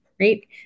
right